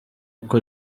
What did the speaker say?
uko